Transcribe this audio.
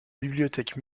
bibliothèque